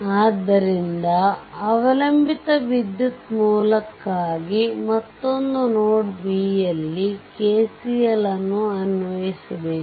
ಆದ್ದರಿಂದ ಅವಲಂಬಿತ ವಿದ್ಯುತ್ ಮೂಲಕ್ಕಾಗಿ ಮತ್ತೊಂದು ನೋಡ್ B ಯಲ್ಲಿ KCL ಅನ್ವಯಿಸಬೇಕು